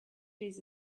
trees